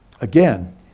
again